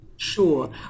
Sure